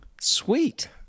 Sweet